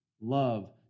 Love